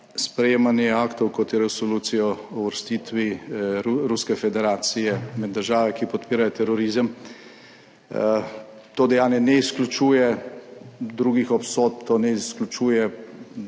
sprejemanje aktov, kot je resolucijo o uvrstitvi Ruske federacije med države, ki podpirajo terorizem, to dejanje ne izključuje, drugih obsodb to ne izključuje,